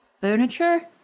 furniture